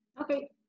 Okay